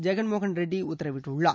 ஜெகன்மோகன் ரெட்டி உத்தரவிட்டுள்ளார்